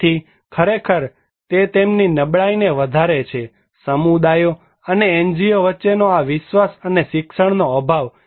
તેથી ખરેખર તે તેમની નબળાઈ ને વધારે છે સમુદાયો અને NGO વચ્ચેનો આ વિશ્વાસ અને શિક્ષણનો અભાવ